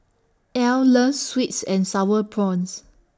Ell loves Sweet and Sour Prawns